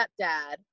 stepdad